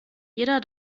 jeder